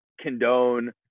condone